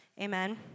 Amen